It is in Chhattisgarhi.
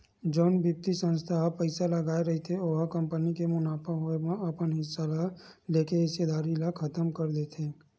जउन बित्तीय संस्था ह पइसा लगाय रहिथे ओ ह कंपनी के मुनाफा होए म अपन हिस्सा ल लेके हिस्सेदारी ल खतम कर देथे